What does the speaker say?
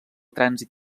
trànsit